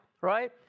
right